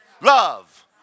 love